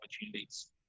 opportunities